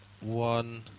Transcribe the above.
one